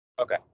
Okay